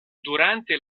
durante